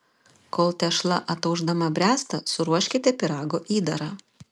kol tešla ataušdama bręsta suruoškite pyrago įdarą